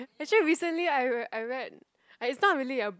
actually recently I I read it's not really a